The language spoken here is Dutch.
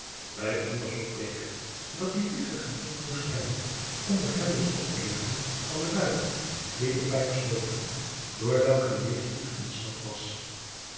bij onderzoek bleek het dat die wigge gediend moest hebben om de grendels op te lichten van de luiken die de pijp sloten door welke de jesuit ontsnapt was